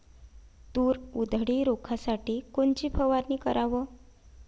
तूर उधळी रोखासाठी कोनची फवारनी कराव?